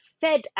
fed